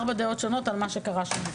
ארבע דעות שונות על מה שקרה שם,